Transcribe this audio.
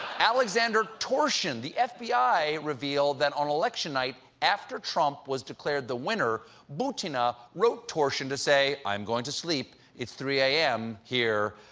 aleksander torshin. the f b i. revealed that on election night, after trump was declared the winner, butina wrote torshin to say, i'm going to sleep. it's three zero a m. here.